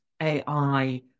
ai